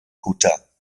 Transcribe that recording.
kutter